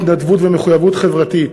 התנדבות ומחויבות חברתית.